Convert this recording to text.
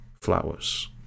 flowers